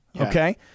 okay